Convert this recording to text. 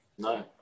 No